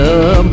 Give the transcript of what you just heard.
up